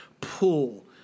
pull